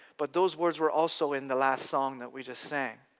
but those words were also in the last song that we just sang.